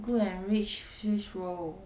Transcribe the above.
good enrich swiss roll